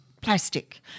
plastic